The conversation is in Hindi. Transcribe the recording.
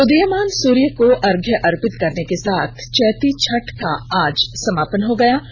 उदीयमान सूर्य को अर्घय अर्पित करने के साथ चौती छठ का आज समापन हो गयी